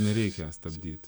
nereikia stabdyt